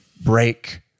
break